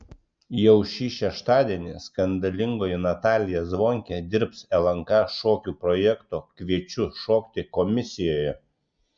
jau šį šeštadienį skandalingoji natalija zvonkė dirbs lnk šokių projekto kviečiu šokti komisijoje